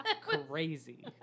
Crazy